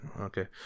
okay